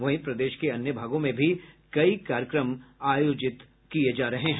वहीं प्रदेश के अन्य भागों में भी कई कार्यक्रम आयोजित किये गये